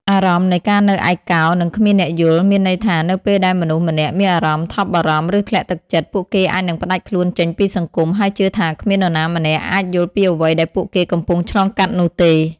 អារម្មណ៍នៃការនៅឯកោ និងគ្មានអ្នកយល់ មានន័យថានៅពេលដែលមនុស្សម្នាក់មានអារម្មណ៍ថប់បារម្ភ ឬធ្លាក់ទឹកចិត្ត ពួកគេអាចនឹងផ្តាច់ខ្លួនចេញពីសង្គម ហើយជឿថាគ្មាននរណាម្នាក់អាចយល់ពីអ្វីដែលពួកគេកំពុងឆ្លងកាត់នោះទេ។